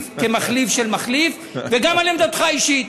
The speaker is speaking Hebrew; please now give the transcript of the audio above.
כמחליף של מחליף וגם על עמדתך האישית.